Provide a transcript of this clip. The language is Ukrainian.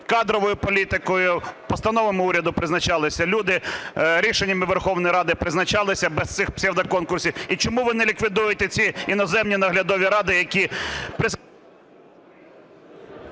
кадровою політикою, постановами уряду призначалися люди, рішеннями Верховної Ради призначалися без цих псевдоконкурсів? І чому ви не ліквідуєте ці іноземні наглядові ради, які…